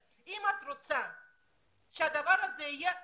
אבל אם את רוצה שהדבר הזה יהיה נגיש,